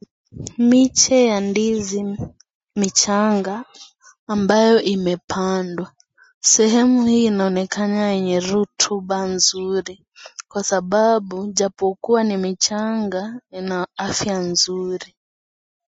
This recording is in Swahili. Miche ya ndizi michanga ambayo imepandwa , sehemu hii inaonekana yenye rotuba nzur kwa sababu ijapokuwa ni michanga ina afya nzuri.